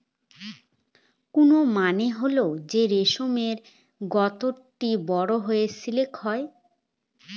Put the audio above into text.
cocoon মানে হল যে রেশমের গুটি বড়ো হয়ে সিল্ক হয়